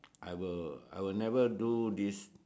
I will I will never do this